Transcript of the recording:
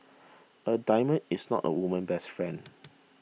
a diamond is not a woman's best friend